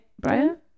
Brian